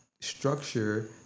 structure